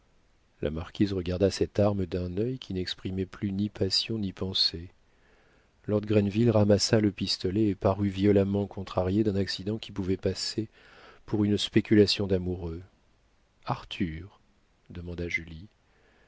la marquise regarda cette arme d'un œil qui n'exprimait plus ni passion ni pensée lord grenville ramassa le pistolet et parut violemment contrarié d'un accident qui pouvait passer pour une spéculation d'amoureux arthur demanda julie